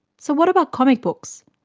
so what about comic books?